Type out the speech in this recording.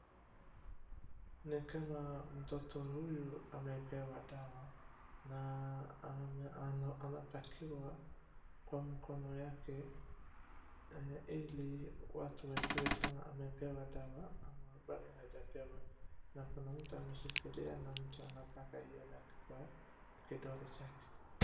Ni kama mtoto huyu amepewa dawa na anapakiwa kwa mkono yake ili watu wajue kama amepewa dawa ama bado hajapewa na kuna mtu ameshikilia na mtu anapaka hiyo rangi kwa kidole chake.